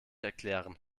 erklären